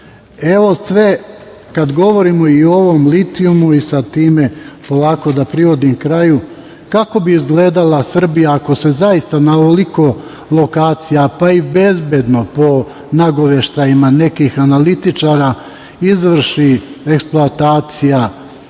sve kada govorimo i o ovom litijumu i sa time polako da privodim kraju kako bi izgledala Srbija ako se zaista na ovoliko lokacija pa i bezbedno po nagoveštajima nekih analitičara izvrši eksploatacija